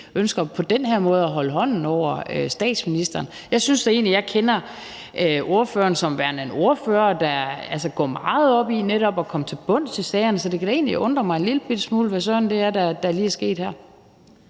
ønsker på den her måde at holde hånden over den fungerende statsminister. Jeg synes da egentlig, at jeg kender ordføreren som værende en ordfører, der går meget op i netop at komme til bunds i sagerne. Så det kan da egentlig undre mig en lillebitte smule, hvad søren det er, der lige er sket her.